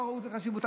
לא ראו בזה חשיבות.